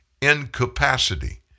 incapacity